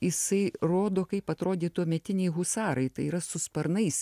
jisai rodo kaip atrodė tuometiniai husarai tai yra su sparnais